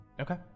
okay